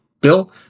Bill